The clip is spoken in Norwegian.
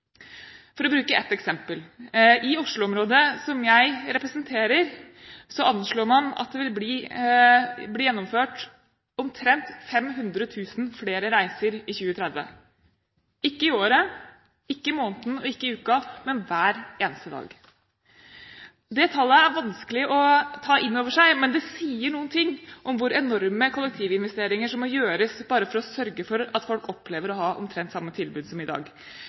For å bruke et eksempel: I Oslo-området, som jeg representerer, anslår man at det vil bli gjennomført omtrent 500 000 flere reiser i 2030 – ikke i året, ikke i måneden, ikke i uka, men hver eneste dag. Det tallet er vanskelig å ta inn over seg, men det sier noe om hvor enorme kollektivinvesteringer som må gjøres bare for å sørge for at folk opplever å ha omtrent samme tilbud som i dag.